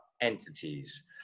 entities